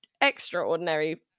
extraordinary